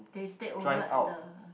they stayed over at the